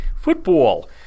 Football